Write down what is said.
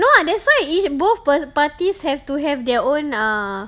no [what] that's why if both per~ parties have to have their own ah